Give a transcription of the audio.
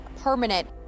permanent